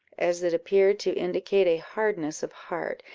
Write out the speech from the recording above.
as it appeared to indicate a hardness of heart,